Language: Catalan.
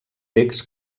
text